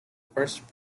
first